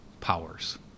powers